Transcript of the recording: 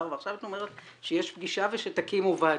ועכשיו את אומרת שיש פגישה ושתקימו ועדה.